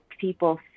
people